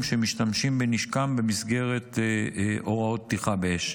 שמשתמשים בנשקם במסגרת הוראות פתיחה באש.